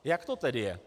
Jak to tedy je?